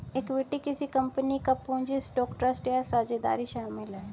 equity किसी company का पूंजी स्टॉक ट्रस्ट या साझेदारी शामिल है